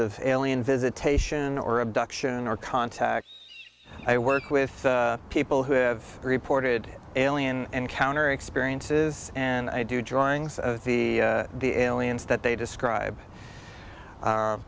of alien visitation or abduction or contact i work with people who have reported alien encounter experiences and i do drawings of the the aliens that they describe